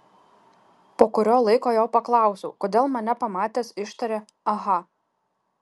po kurio laiko jo paklausiau kodėl mane pamatęs ištarė aha